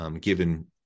given